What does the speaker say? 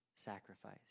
sacrifice